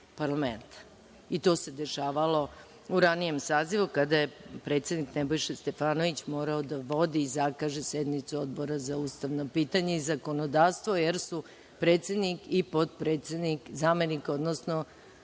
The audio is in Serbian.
i to se dešavalo u ranijem sazivu kada je predsednik Nebojša Stefanović morao da vodi i zakaže sednicu Odbora za ustavna pitanja i zakonodavstvo, jer su predsednik i potpredsednik, odnosno zamenik,